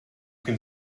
can